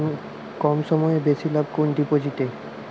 কম সময়ে বেশি লাভ কোন ডিপোজিটে?